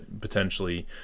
potentially